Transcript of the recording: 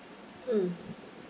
mm